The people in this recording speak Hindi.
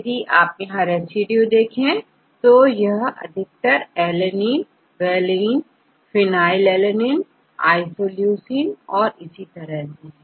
यदि आप यहां रेसिड्यू देखें तो यह अधिकतर alanine valinephenylalanine isoleucine औरइसी तरह से है